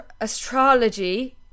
astrology